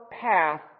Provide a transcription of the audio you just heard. path